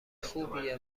خوبیه